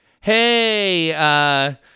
Hey